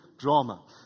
drama